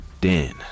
Dan